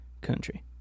country